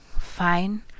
fine